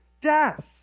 death